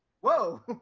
whoa